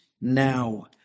now